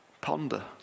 ponder